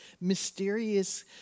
mysterious